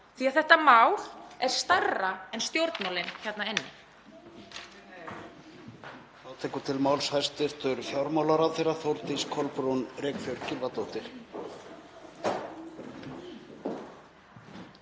því að þetta mál er stærra en stjórnmálin hérna inni.